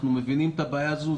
אנחנו מבינים את הבעיה הזאת.